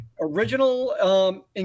original